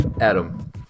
Adam